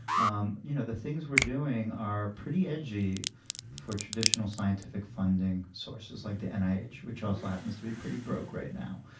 um you know, the things we're doing are pretty edgy for traditional scientific funding sources like the nih, which which also happens to be pretty broke right now.